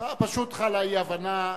חלה אי-הבנה,